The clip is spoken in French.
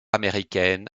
américaine